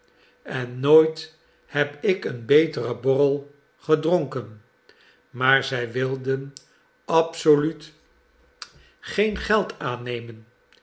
en nooit heb ik een beteren borrel gedronken maar zij wilden absoluut geen geld aannemen